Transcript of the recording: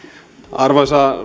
arvoisa